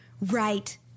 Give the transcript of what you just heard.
right